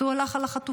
אז הוא הלך על החטופים.